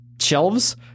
shelves